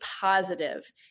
positive